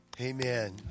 Amen